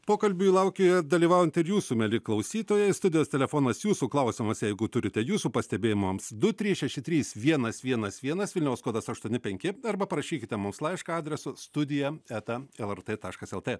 pokalby laukiu dalyvaujant ir jūsų mieli klausytojai studijos telefonas jūsų klausimas jeigu turite jūsų pastebėjimams du trys šeši trys vienas vienas vienas vilniaus kodas aštuoni penki arba parašykite mums laišką adresu studija eta lrt taškas lt